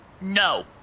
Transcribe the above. No